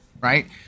right